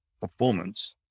performance